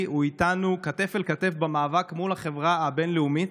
הוא איתנו כתף אל כתף במאבק מול החברה הבין-לאומית.